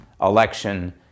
election